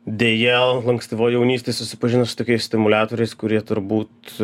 deja ankstyvoj jaunystėj susipažino su tokiais stimuliatoriais kurie turbūt